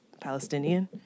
Palestinian